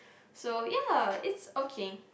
so ya it's okay